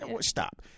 Stop